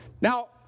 Now